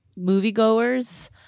moviegoers